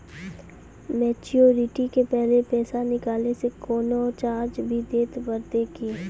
Maturity के पहले पैसा निकालै से कोनो चार्ज भी देत परतै की?